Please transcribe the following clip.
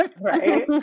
Right